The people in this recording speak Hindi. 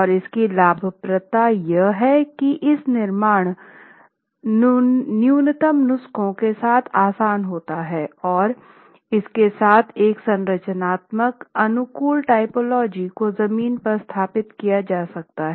और इसकी लाभप्रदता यह है की इस निर्माण न्यूनतम नुस्खों के साथ आसान होता है और इसके साथ एक संरचनात्मक अनुकूल टाइपोलॉजी को जमीन पर स्थापित किया जा सकता है